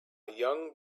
young